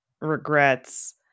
regrets